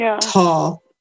Tall